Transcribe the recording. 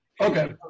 Okay